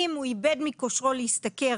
אם הוא איבד חצי מכושרו להשתכר